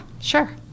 sure